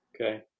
Okay